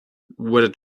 whether